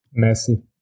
Messi